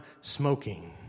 smoking